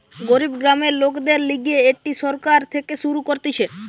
গরিব গ্রামের লোকদের লিগে এটি সরকার থেকে শুরু করতিছে